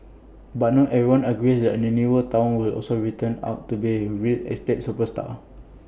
but not everyone agrees the newer Town will also turn out to be A real estate superstar